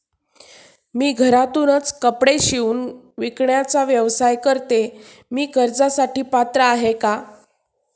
मी घरातूनच कपडे शिवून विकण्याचा व्यवसाय करते, मी कर्जासाठी पात्र आहे का?